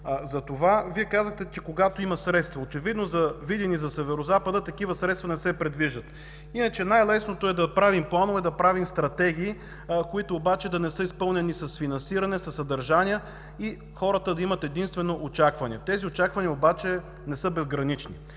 Затова казахте, че ще бъде, когато има средства. Очевидно за Видин и за Северозапада такива средства не се предвиждат. Иначе най-лесното е да правим планове, да правим стратегии, които обаче не са изпълнени с финансиране и със съдържание и хората да имат единствено очаквания. Тези очаквания обаче не са безгранични.